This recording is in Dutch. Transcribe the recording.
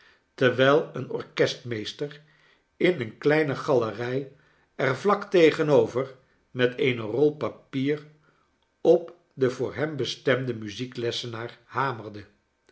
terwijl een orkestmeester in eene kleine galerij er vlak tegenover met eene rol papier op den voor hem bestemden muzieklessenaar hamerde